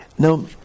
Now